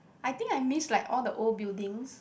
I think I miss like all the old buildings